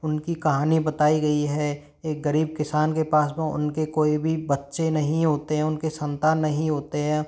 उनकी कहानी बताई गई है एक गरीब किसान के पास उनके कोई भी बच्चे नहीं होते हैं उनकी संतान नहीं होती है